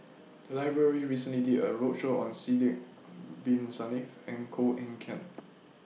The Library recently did A roadshow on Sidek Bin Saniff and Koh Eng Kian